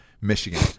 Michigan